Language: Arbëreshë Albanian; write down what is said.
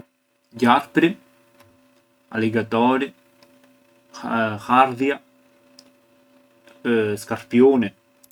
Gjarpri, aligatori, hardhja, skarpiuni.